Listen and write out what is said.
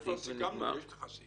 את זה כבר סיכמנו, יש לך סעיף.